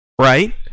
Right